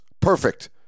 Perfect